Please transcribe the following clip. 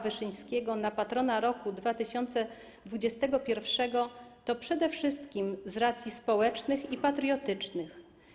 Wyszyńskiego na patrona roku 2021, to przede wszystkim z racji społecznych i patriotycznych.